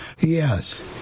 Yes